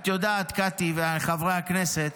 את יודעת, קטי וחברי הכנסת,